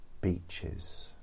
Beaches